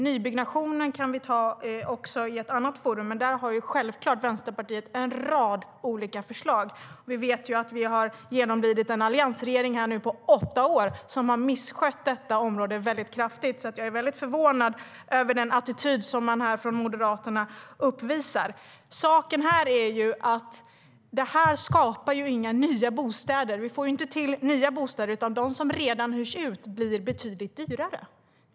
Nybyggnationen kan vi ta i ett annat forum, men självklart har Vänsterpartiet en rad olika förslag där. Saken är den att detta inte skapar några nya bostäder. Vi får inga nya bostäder, utan de som redan hyrs ut blir betydligt dyrare.